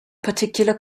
particular